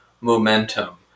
momentum